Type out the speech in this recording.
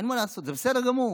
אין מה לעשות, זה בסדר גמור,